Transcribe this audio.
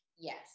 Yes